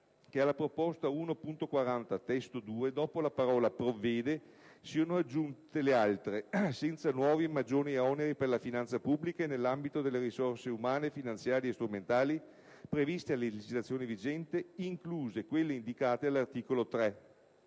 che alla proposta 1.40 (testo 2) dopo la parola: "provvede" siano aggiunte le altre: ", senza nuovi o maggiori oneri per la finanza pubblica e nell'ambito delle risorse umane finanziarie e strumentali previste a legislazione vigente incluse quelle indicate all'articolo